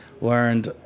learned